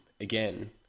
again